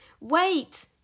Wait